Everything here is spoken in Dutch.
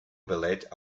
belet